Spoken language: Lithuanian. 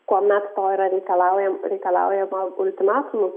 kuomet to yra reikalaujam reikalaujama ultimatumu